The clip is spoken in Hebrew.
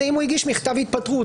זה אם הוא הגיש מכתב התפטרות.